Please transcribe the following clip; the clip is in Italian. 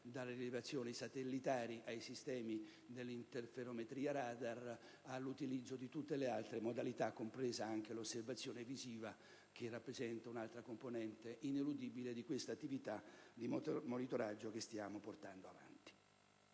dalle rilevazioni satellitari ai sistemi dell'interferometria radar a tutte le altre modalità, compresa l'osservazione visiva, che rappresenta un'altra componente ineludibile di questa attività di monitoraggio che stiamo portando avanti.